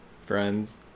Friends